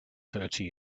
thirty